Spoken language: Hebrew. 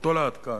ובאותו להט כאן,